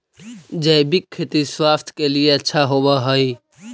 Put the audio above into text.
जैविक खेती स्वास्थ्य के लिए अच्छा होवऽ हई